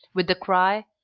with the cry,